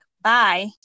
Bye